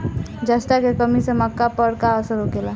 जस्ता के कमी से मक्का पर का असर होखेला?